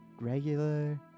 regular